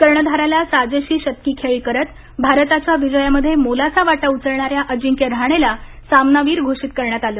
कर्णधाराला साजेशी शतकी खेळी करत भारताच्या विजयामध्ये मोलाचा वाटा उचलणाऱ्या अजिंक्य राहणेला सामनावीर घोषित करण्यात आलं